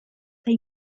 they